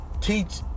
teach